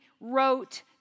wrote